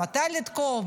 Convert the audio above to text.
מתי לתקוף,